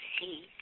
see